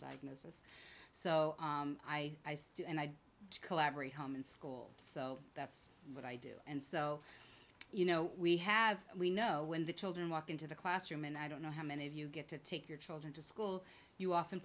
diagnosis so i do and i collaborate home and school so that's what i do and so you know we have we know when the children walk into the classroom and i don't know how many of you get to take your children to school you often